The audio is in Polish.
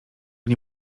nie